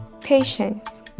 patience